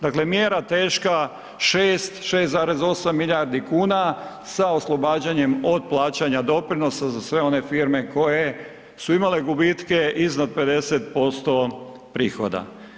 Dakle, mjera teška 6, 6,8 milijardi kuna sa oslobađanjem od plaćanja doprinosa za sve one firme koje su imale gubitke iznad 50% prihoda.